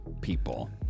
people